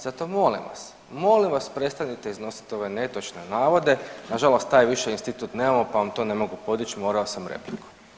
Zato molim vas, molim vas prestanite iznositi ove netočne navode, nažalost taj institut više nemamo pa vam to ne mogu podići, morao sam repliku.